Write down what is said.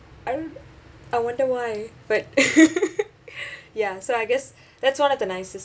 I won~ I wonder why but ya so I guess that's one of the nicest